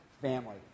family